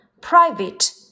Private